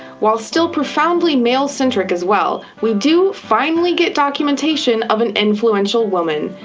while still profoundly male-centric as well, we do finally get documentation of an influential woman,